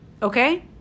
Okay